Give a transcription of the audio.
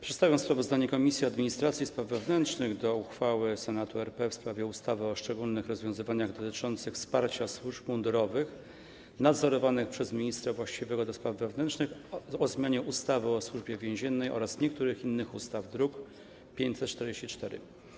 Przedstawiam sprawozdanie Komisji Administracji i Spraw Wewnętrznych odnośnie do uchwały Senatu RP w sprawie ustawy o szczególnych rozwiązaniach dotyczących wsparcia służb mundurowych nadzorowanych przez ministra właściwego do spraw wewnętrznych, o zmianie ustawy o Służbie Więziennej oraz niektórych innych ustaw, druk nr 544.